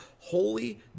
holy